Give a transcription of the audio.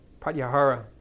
pratyahara